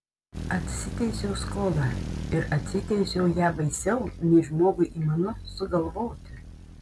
atsiteisiau skolą ir atsiteisiau ją baisiau nei žmogui įmanu sugalvoti